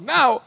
Now